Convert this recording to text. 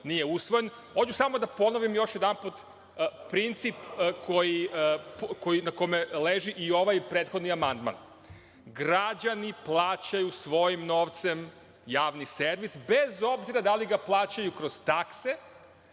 nije usvojen. Hoću samo da ponovim još jedanput princip na kome leži i ovaj prethodni amandman. Građani plaćaju svojim novcem javni servis, bez obzira da li ga plaćaju kroz takse